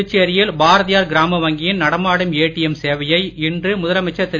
புதுச்சேரியில் பாரதியார் கிராம வங்கியின் நடமாடும் ஏடிஎம் சேவையை இன்று முதலமைச்சர் திரு